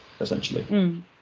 essentially